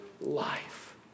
life